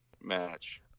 match